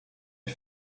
est